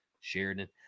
Sheridan